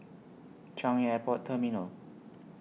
Changi Airport Terminal